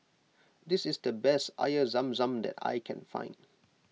this is the best Air Zam Zam that I can find